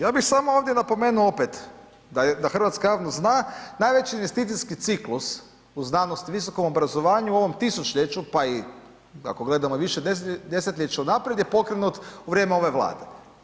Ja bih samo ovdje napomenuo opet, da Hrvatska javnost zna, najveći investicijski ciklus u znanosti i visokom obrazovanju u ovom tisućljeću pa i ako gledamo i više desetljeća unaprijed, je pokrenut u vrijeme ove Vlade.